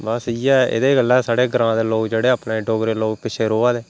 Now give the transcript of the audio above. बस इ'यै एह्दे गल्ला गै साढ़े ग्रांऽ दे लोक जेह्ड़े अपने डोगरे लोक पिच्छै रोऐ दे